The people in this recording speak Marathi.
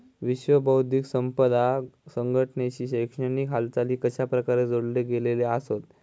विश्व बौद्धिक संपदा संघटनेशी शैक्षणिक हालचाली कशाप्रकारे जोडले गेलेले आसत?